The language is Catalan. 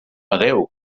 adéu